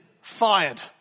fired